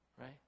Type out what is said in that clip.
right